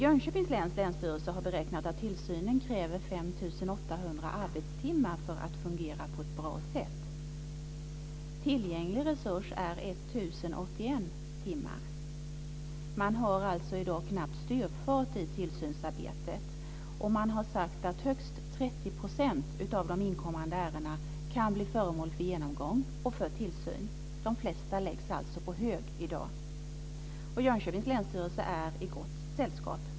Jönköpings läns länsstyrelse har beräknat att tillsynen kräver 5 800 arbetstimmar för att fungera på ett bra sätt. Tillgänglig resurs är 1 081 timmar. Man har alltså i dag knappt styrfart i tillsynsarbetet, och man har sagt att högst 30 % av de inkommande ärendena kan bli föremål för genomgång och tillsyn. De flesta läggs alltså på hög i dag. Jönköpings läns länsstyrelse är i gott sällskap.